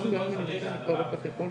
אנחנו קיימים משנת 1952,